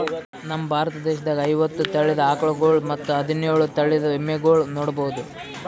ನಮ್ ಭಾರತ ದೇಶದಾಗ್ ಐವತ್ತ್ ತಳಿದ್ ಆಕಳ್ಗೊಳ್ ಮತ್ತ್ ಹದಿನೋಳ್ ತಳಿದ್ ಎಮ್ಮಿಗೊಳ್ ನೋಡಬಹುದ್